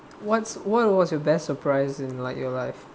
what's what was your best surprise in like your life